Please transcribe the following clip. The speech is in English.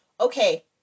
Okay